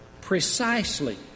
Precisely